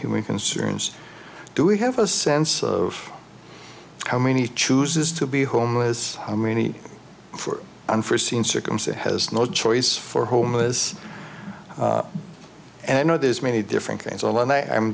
humane concerns do we have a sense of how many chooses to be homeless how many for unforseen circumstances has no choice for homeless and i know there's many different things al